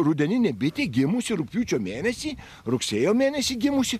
rudeninė bitė gimusi rugpjūčio mėnesį rugsėjo mėnesį gimusi